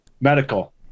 Medical